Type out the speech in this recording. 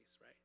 right